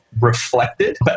Reflected